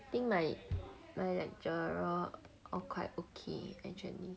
I think my my lecturer all quite okay actually